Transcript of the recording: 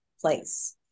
place